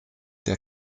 der